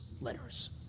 letters